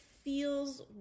feels